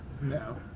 No